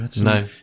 No